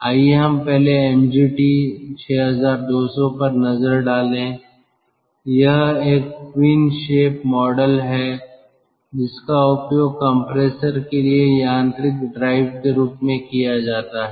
आइए हम पहले mg t 6200 पर नज़र डालें यह एक ट्विन शेप मॉडल है जिसका उपयोग कम्प्रेसर के लिए यांत्रिक ड्राइव के रूप में किया जाता है